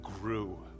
grew